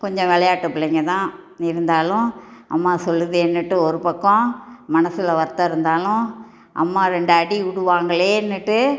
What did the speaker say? கொஞ்சம் விளையாட்டு பிள்ளைங்க தான் இருந்தாலும் அம்மா சொல்லுதே இன்னுட்டு ஒரு பக்கம் மனசில் வருத்தம் இருந்தாலும் அம்மா ரெண்டு அடிக் விடுவாங்களேனுட்டு